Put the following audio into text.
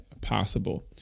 possible